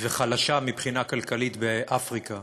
וחלשה מבחינה כלכלית באפריקה.